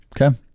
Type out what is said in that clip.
Okay